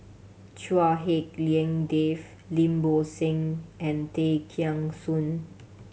Chua Hak Lien Dave Lim Bo Seng and Tay Kheng Soon